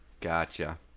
Gotcha